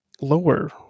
lower